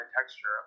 texture